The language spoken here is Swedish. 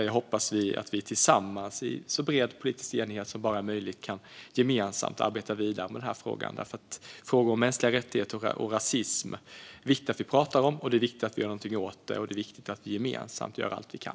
Jag hoppas att vi tillsammans, i så bred politisk enighet som bara är möjligt, kan arbeta vidare med denna fråga. Frågor om mänskliga rättigheter och rasism är viktiga att prata om, och det är viktigt att vi gör något åt detta och gemensamt gör allt vi kan.